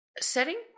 setting